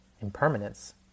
impermanence